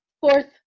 fourth